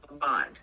bond